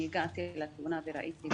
הגעתי לתאונה וראיתי,